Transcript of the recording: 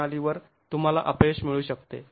प्रणालीवर तुंम्हाला अपयश मिळू शकते